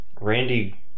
randy